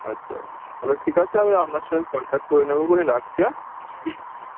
আচ্চা আচ্ছা তাহলে ঠিক আছে আমি আপনার সঙ্গে কন্ট্যাক্ট করে নেব ক্ষনে রাখছি হ্যাঁ